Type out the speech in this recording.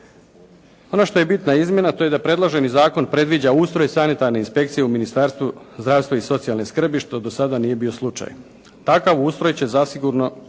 Ono što je bitna izmjena to je da predloženi zakon predviđa ustroj sanitarne inspekcije u Ministarstvu zdravstva i socijalne skrbi što do sada nije bio slučaj. Takav ustroj će zasigurno